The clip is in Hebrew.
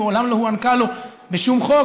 שמעולם לא הוענקה לו בשום חוק,